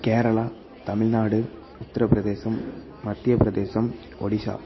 Kerala Tamil Nadu Uttar Pradesh Madhya Pradesh Odisha